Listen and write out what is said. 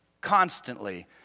constantly